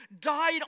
died